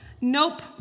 Nope